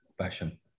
passion